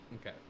Okay